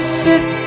sit